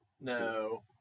No